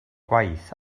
gwaith